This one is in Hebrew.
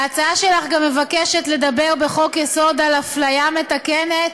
בהצעה שלך גם מוצע לדבר בחוק-יסוד על אפליה מתקנת,